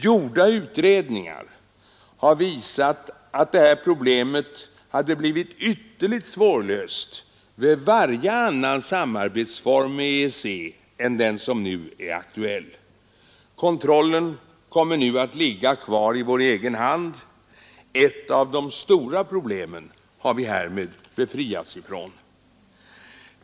Företagna utredningar har visat att detta problem hade blivit ytterligt svårlöst vid varje annan samarbetsform med EEC än den som nu är aktuell Kontrollen kommer nu att ligga kvar i vår egen hand, och därmed har vi befriats från ett av de stora problemen.